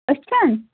أچھَن